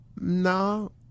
no